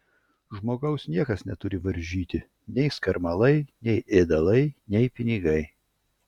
žmogaus niekas neturi varžyti nei skarmalai nei ėdalai nei pinigai